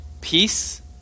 peace